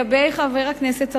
לגבי חבר הכנסת צרצור,